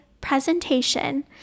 presentation